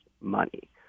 money